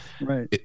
right